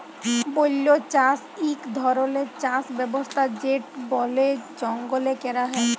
বল্য চাষ ইক ধরলের চাষ ব্যবস্থা যেট বলে জঙ্গলে ক্যরা হ্যয়